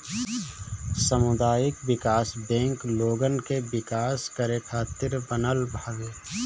सामुदायिक विकास बैंक लोगन के विकास करे खातिर बनल हवे